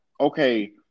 okay